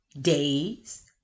days